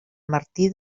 martí